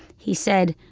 he said,